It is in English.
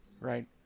Right